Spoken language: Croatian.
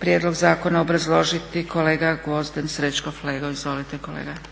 prijedlog zakona obrazložiti kolega Gvozden Srećko Flego. Izvolite kolega. **Flego,